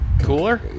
Cooler